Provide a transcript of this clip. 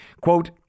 Quote